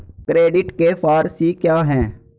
Credit के four C क्या हैं?